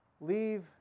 Leave